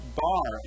bar